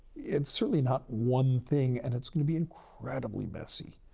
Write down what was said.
it's certainly not one thing, and it's going to be incredibly messy,